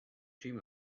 dream